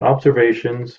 observations